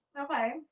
Okay